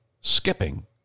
skipping